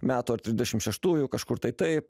metų ar trisdešim šeštųjų kažkur tai taip